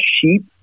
sheep